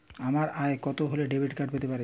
আমার আয় কত হলে ডেবিট কার্ড পেতে পারি?